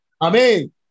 Amen